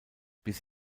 bis